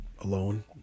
alone